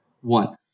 one